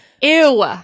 Ew